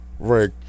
right